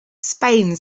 spain